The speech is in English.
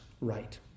right